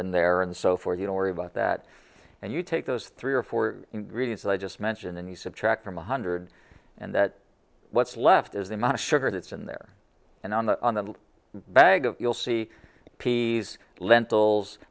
in there and so forth you don't worry about that and you take those three or four readings that i just mentioned and you subtract from one hundred and that what's left is the amount of sugar that's in there and on the on the bag of you'll see peas lentils